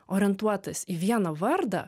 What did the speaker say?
orientuotas į vieną vardą